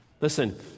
listen